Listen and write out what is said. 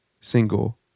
single